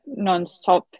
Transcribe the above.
nonstop